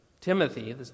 Timothy